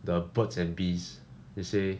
the birds and bees then he say